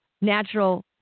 natural